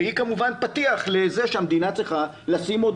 והיא כמובן פתיח לזה שהמדינה צריכה לשים עוד